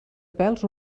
pèls